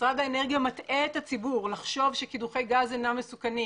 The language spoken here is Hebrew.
משרד האנרגיה מטעה את הציבור וגורם לו לחשוב שקידוחי גז אינם מסוכנים.